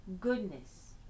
goodness